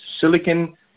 silicon